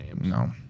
No